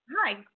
Hi